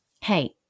Hey